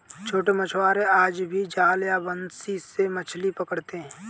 छोटे मछुआरे आज भी जाल या बंसी से मछली पकड़ते हैं